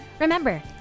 Remember